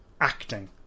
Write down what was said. acting